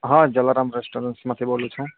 હા જલારામ રેસ્ટોરન્ટ્સમાંથી બોલું છુ